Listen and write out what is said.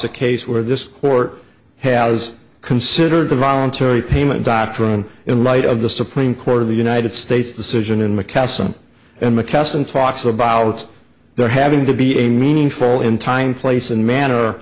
a case where this court has considered the voluntary payment doctrine in light of the supreme court of the united states decision in macassar and mckesson talks about there having to be a meaningful in time place and manner